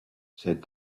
said